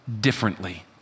differently